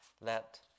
let